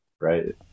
right